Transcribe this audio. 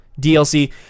dlc